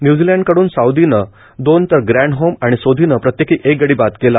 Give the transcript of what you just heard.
न्य्झिलंडकडून साऊदीनं दोन तर ग्रँडहोम आणि सोधीनं प्रत्येकी एक गडी बाद केला